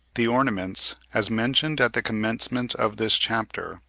the ornaments, as mentioned at the commencement of this chapter,